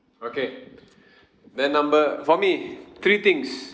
okay then number for me three things